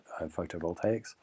photovoltaics